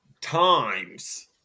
times